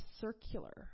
circular